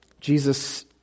Jesus